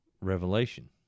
Revelation